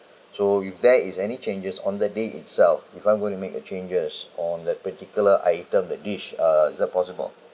so if there is any changes on the day itself if I'm going to make a changes on that particular item the dish uh is that possible